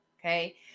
okay